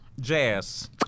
jazz